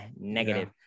negative